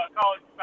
college